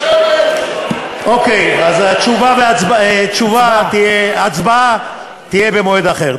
אוקיי, אז הצבעה תהיה במועד אחר.